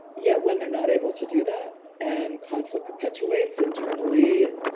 yet when they're not able to do that, and conflict perpetuates internally, and,